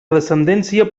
descendència